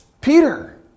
Peter